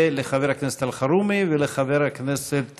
לחבר הכנסת אלחרומי ולחבר הכנסת